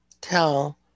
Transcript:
tell